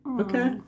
Okay